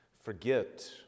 forget